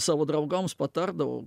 savo draugams patardavau